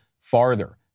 farther